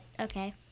okay